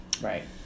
Right